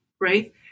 Right